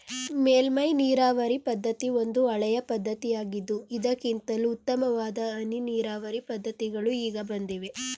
ಮೇಲ್ಮೈ ನೀರಾವರಿ ಪದ್ಧತಿ ಒಂದು ಹಳೆಯ ಪದ್ಧತಿಯಾಗಿದ್ದು ಇದಕ್ಕಿಂತಲೂ ಉತ್ತಮವಾದ ಹನಿ ನೀರಾವರಿ ಪದ್ಧತಿಗಳು ಈಗ ಬಂದಿವೆ